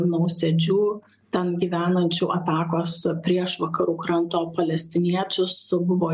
nausėdžių ten gyvenančių atakos prieš vakarų kranto palestiniečius buvo